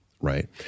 right